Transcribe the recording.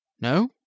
No